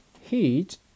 Heat